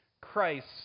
Christ